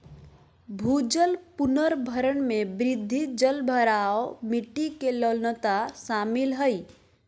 भूजल पुनर्भरण में वृद्धि, जलभराव, मिट्टी के लवणता शामिल हइ